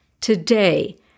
Today